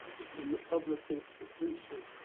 this is a public institution.